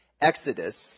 Exodus